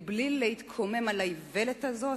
בלי להתקומם על האיוולת הזאת,